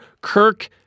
Kirk